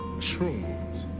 shrooms.